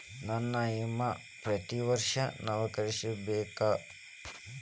ನನ್ನ ವಿಮಾ ಪ್ರತಿ ವರ್ಷಾ ನವೇಕರಿಸಬೇಕಾ?